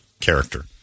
character